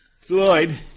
Floyd